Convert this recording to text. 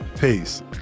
Peace